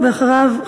ואחריו,